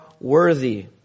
worthy